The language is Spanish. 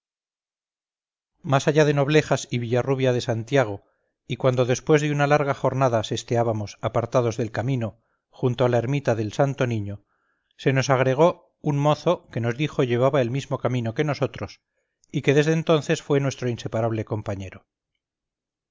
más allá de noblejas y villarrubia de santiago y cuando después de una larga jornada sesteábamos apartados del camino junto a la ermita del santoniño se nos agregó un mozo que nos dijo llevaba el mismo camino que nosotros y que desde entonces fue nuestro inseparable compañero